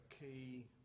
key